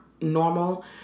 normal